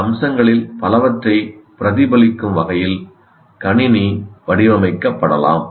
இந்த அம்சங்களில் பலவற்றைப் பிரதிபலிக்கும் வகையில் கணினி வடிவமைக்கப்படலாம்